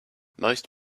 most